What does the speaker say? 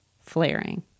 flaring